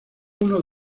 uno